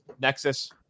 Nexus